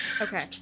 Okay